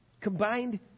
combined